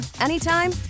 anytime